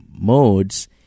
modes